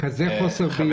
כאיזה חוסר בהירות.